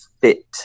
fit